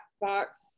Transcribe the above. box